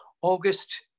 August